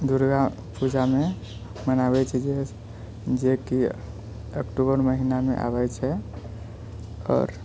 दुर्गापूजामे मनाबै छियै जे कि अक्टूबर महिनामे आबै छै आओर